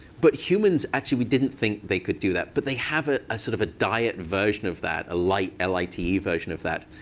but humans, actually, we didn't think they could do that. but they have ah sort of a diet version of that, a lite l i t e version of that.